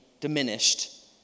diminished